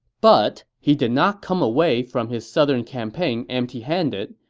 but he did not come away from his southern campaign empty-handed.